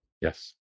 Yes